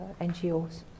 NGOs